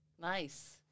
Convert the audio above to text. Nice